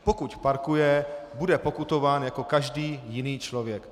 Pokud tam parkuje, bude pokutován jako každý jiný člověk.